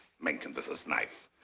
menken with his knife.